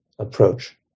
approach